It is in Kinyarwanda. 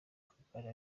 kagare